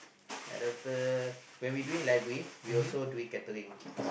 when we doing library we also doing catering